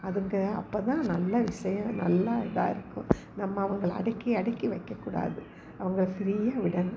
அதுங்க அப்போதான் நல்ல விஷயம் நல்ல இதாக இருக்கும் நம்ம அவங்கள அடக்கி அடக்கி வைக்கக்கூடாது அவங்களை ஃப்ரீயாக விடணும்